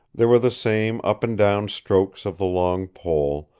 there were the same up-and-down strokes of the long pole,